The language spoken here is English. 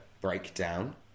breakdown